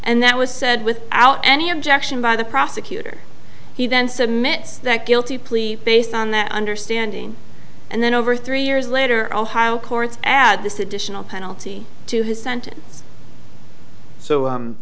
and that was said without any objection by the prosecutor he then cements that guilty plea based on that understanding and then over three years later ohio courts add this additional penalty to his sentence so